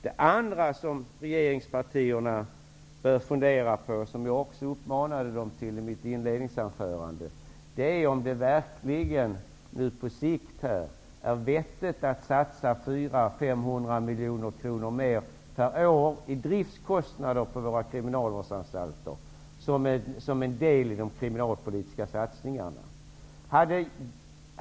Det andra som regeringspartierna bör fundera på, som jag också uppmanade dem till i mitt inledningsanförande, är om det på sikt verkligen är vettigt att satsa 400--500 miljoner kronor mer per år i driftkostnader för våra kriminalvårdsanstalter, som en del i de kriminalpolitiska satsningarna.